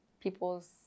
people's